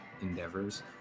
endeavors